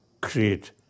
create